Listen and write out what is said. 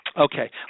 Okay